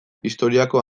historiako